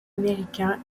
américains